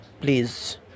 please